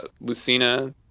lucina